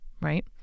Right